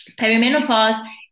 Perimenopause